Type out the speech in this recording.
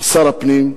שר הפנים.